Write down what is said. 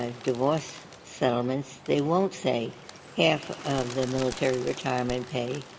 ah divorce settlements, they won't say half of the military retirement pay.